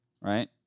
right